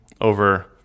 over